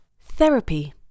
Therapy